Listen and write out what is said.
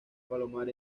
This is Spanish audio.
palomar